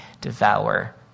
devour